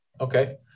Okay